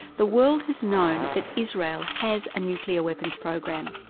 the world has known that israel has a nuclear weapons program.